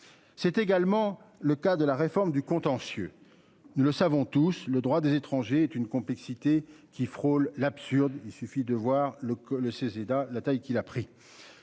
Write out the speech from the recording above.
C'est également le cas de la réforme du contentieux. Nous le savons tous le droit des étrangers, est d'une complexité qui frôle l'absurde. Il suffit de voir le le Cesid à la taille qu'il a pris.